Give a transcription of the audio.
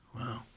Wow